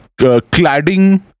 cladding